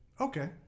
Okay